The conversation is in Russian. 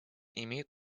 имеют